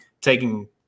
taking